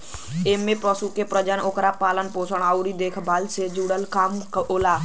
एमे पशु के प्रजनन, ओकर पालन पोषण अउरी देखभाल से जुड़ल काम आवेला